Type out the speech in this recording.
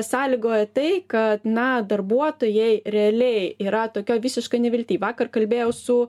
sąlygojo tai kad na darbuotojai realiai yra tokioj visiškoj nevilty vakar kalbėjau su